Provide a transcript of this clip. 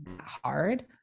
hard